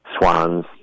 swans